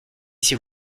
s’il